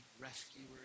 rescuers